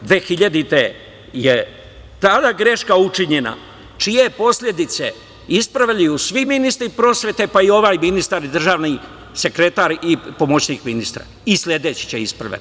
Dvehiljadite je tada greška učinjena, čije posledice ispravljaju svi ministri prosvete, pa i ovaj ministar, državni sekretar i pomoćnik ministra i sledeći će ispravljati.